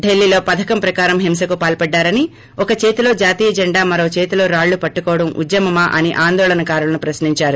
ఢిల్లీలో పథకం ప్రకారం హింసకు పాల్పడ్డారని ఒక చేతిలో జాతీయ జెండా మరో చేతిలో రాళ్లు పట్టుకోవడం ఉద్యమమా అని ఆందోళనకారులను ప్రశ్సించారు